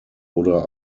oder